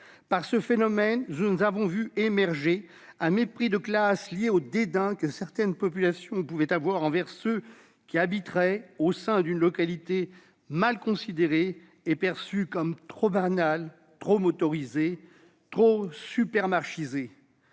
de ce phénomène, nous avons vu émerger un mépris de classe lié au dédain que certaines populations peuvent avoir envers ceux qui habitent au sein d'une localité mal considérée, car celle-ci est perçue comme trop banale, trop motorisée, trop « supermarchisée